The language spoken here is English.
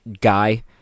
guy